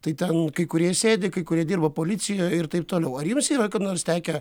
tai ten kai kurie sėdi kai kurie dirba policijoj ir taip toliau ar jums yra kada nors tekę